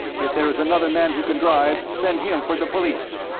if there is another man who can drive, send him for the police.